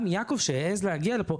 גם יעקב שהעז להגיע לפה,